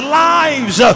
lives